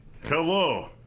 Hello